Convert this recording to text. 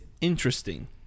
interesting